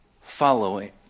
following